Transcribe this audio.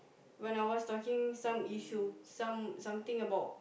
when I was talking some issue some something about